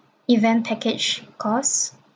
event package cost